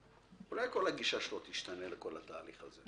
אולי כל הגישה שלו תשתנה לכל התהליך הזה.